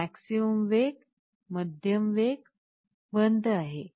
हा मॅक्सिमम वेग मध्यम वेग बंद आहे